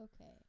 Okay